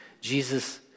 Jesus